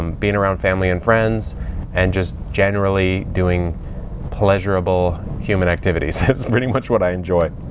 um being around family and friends and just generally doing pleasurable human activities. that's pretty much what i enjoy.